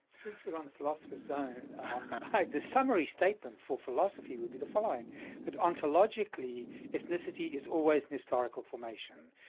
since we're on the philosopher's zone the summary statement for philosophy would be the following that ontologically ethnicity is always an historical formation,